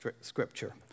scripture